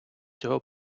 цього